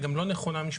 היא גם לא נכונה משפטית.